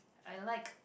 I like